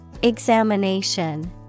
Examination